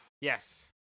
Yes